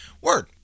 word